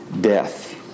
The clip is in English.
death